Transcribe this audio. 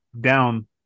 down